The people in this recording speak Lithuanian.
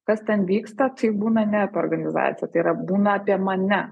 kas ten vyksta tai būna ne apie organizaciją tai yra būna apie mane